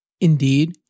Indeed